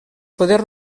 poder